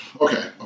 okay